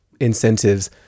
incentives